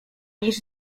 niż